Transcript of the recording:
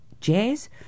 jazz